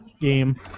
game